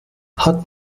hat